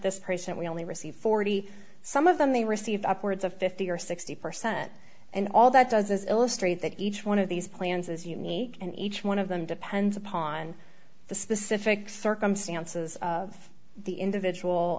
this person we only receive forty some of them they receive upwards of fifty or sixty percent and all that does is illustrate that each one of these plans is unique and each one of them depends upon the specific circumstances of the individual